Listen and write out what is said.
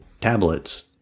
tablets